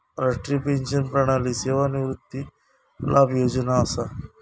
राष्ट्रीय पेंशन प्रणाली सेवानिवृत्ती लाभ योजना असा